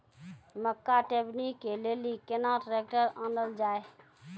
मक्का टेबनी के लेली केना ट्रैक्टर ओनल जाय?